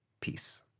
Peace